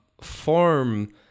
form